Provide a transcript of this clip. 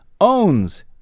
owns